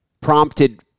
prompted